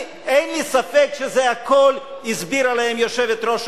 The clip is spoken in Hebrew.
אין לי ספק שאת כל זה הסבירה להם יושבת-ראש